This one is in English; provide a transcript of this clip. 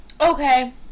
Okay